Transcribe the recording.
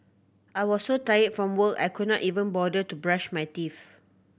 I was so tired from work I could not even bother to brush my teeth